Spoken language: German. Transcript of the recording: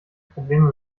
probleme